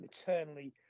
eternally